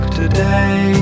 today